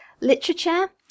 literature